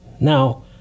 Now